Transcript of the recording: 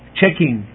checking